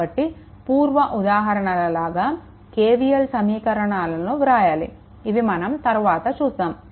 కాబట్టి పూర్వ ఉదాహరణలాగా KVL సమీకరణాలను వ్రాయాలి ఇవి మనం తరువాత చూస్తాము